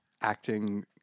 acting